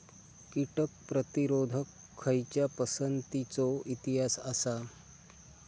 कीटक प्रतिरोधक खयच्या पसंतीचो इतिहास आसा?